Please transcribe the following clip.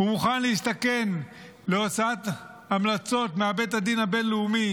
הוא מוכן להסתכן בהוצאת המלצות מבית הדין הבין-לאומי